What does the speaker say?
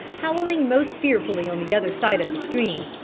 howling most fearfully on the other side of the stream,